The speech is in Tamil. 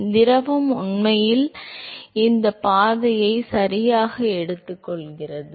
எனவே இது திரவம் உண்மையில் இந்த பாதையை சரியாக எடுத்துக்கொள்கிறது